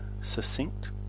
succinct